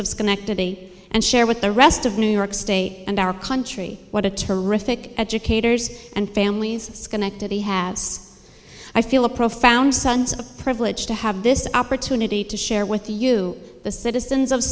of schenectady and share with the rest of new york state and our country what a terrific educators and families schenectady has i feel a profound sons a privilege to have this opportunity to share with you the citizens of